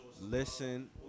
Listen